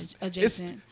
adjacent